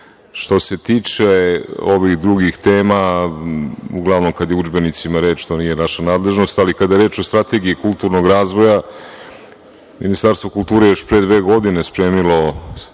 se tiče ovih drugih tema, uglavnom kada je o udžbenicima reč, to nije naša nadležnost, ali kada je reč o strategiji kulturnog razvoja i Ministarstvo kulture je još pre dve godine spremilo